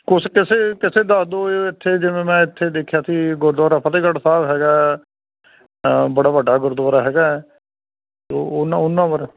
ਕੁਛ ਕਿਸੇ ਕਿਸੇ ਦੱਸ ਦਓ ਇੱਥੇ ਜਿਵੇਂ ਮੈਂ ਇੱਥੇ ਦੇਖਿਆ ਸੀ ਗੁਰਦੁਆਰਾ ਫਤਿਹਗੜ੍ਹ ਸਾਹਿਬ ਹੈਗਾ ਹੈ ਬੜਾ ਵੱਡਾ ਗੁਰਦੁਆਰਾ ਹੈਗਾ ਹੈ ਤੋ ਉਹਨਾਂ ਉਹਨਾਂ ਬਾਰੇ